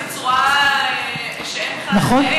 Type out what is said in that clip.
הוא מזלזל בעבודת הכנסת בצורה שאין בכלל לתאר.